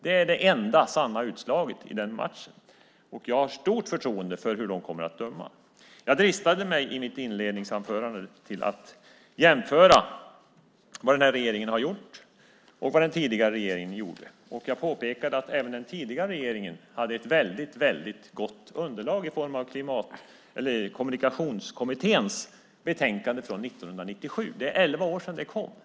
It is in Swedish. Det är det enda sanna utslaget i den matchen, och jag har stort förtroende för hur de kommer att döma. Jag dristade mig i mitt inledningsanförande till att jämföra vad den här regeringen har gjort och vad den förra regeringen gjorde. Jag påpekade att även den förra regeringen hade ett väldigt gott underlag i form av Kommunikationskommitténs betänkande från 1997. Det är elva år sedan det kom.